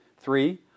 Three